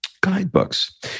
Guidebooks